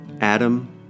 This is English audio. Adam